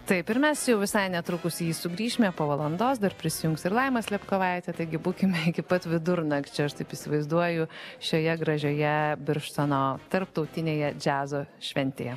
taip ir mes jau visai netrukus į jį sugrįšime po valandos dar prisijungs ir laima slepkovaitė taigi būkime iki pat vidurnakčio aš taip įsivaizduoju šioje gražioje birštono tarptautinėje džiazo šventėje